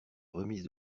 remise